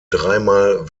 dreimal